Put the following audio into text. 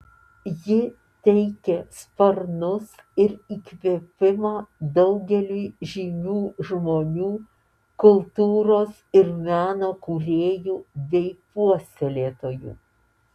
ji teikė sparnus ir įkvėpimą daugeliui žymių žmonių kultūros ir meno kūrėjų bei puoselėtojų